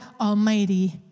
Almighty